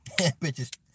Bitches